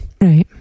Right